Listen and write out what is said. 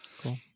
Cool